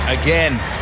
again